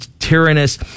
tyrannous